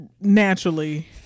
naturally